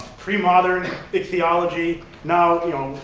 pre-modern ichthyology. now, you know,